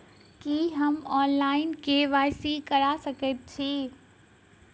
की हम online, KYC करा सकैत छी?